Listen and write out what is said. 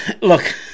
look